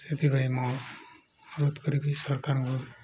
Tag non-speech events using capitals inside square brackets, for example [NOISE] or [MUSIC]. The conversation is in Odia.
ସେଥିପାଇଁ ମୁଁ [UNINTELLIGIBLE] କରିକି ସରକାରଙ୍କୁ